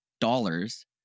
dollars